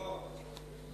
לא, לא.